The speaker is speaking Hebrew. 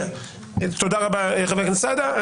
תודה רבה, חבר הכנסת סעדה.